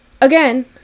again